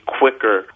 quicker